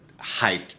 hyped